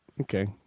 Okay